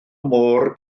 môr